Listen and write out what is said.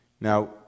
Now